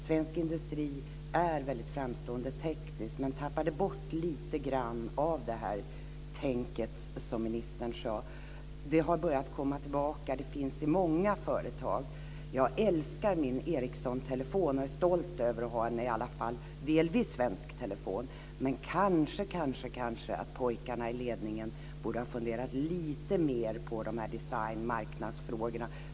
Svensk industri är väldigt framstående tekniskt, men man tappade lite av det "tänk" som ministern talade om. Det har börjat komma tillbaka. Det finns i många företag. Jag älskar min Ericssontelefon och är stolt över att ha en i alla fall delvis svensk telefon. Men kanske borde pojkarna i ledningen ha funderat lite mer på design och marknadsfrågorna.